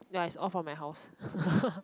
ya it's all from my house